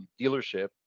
dealership